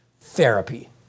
therapy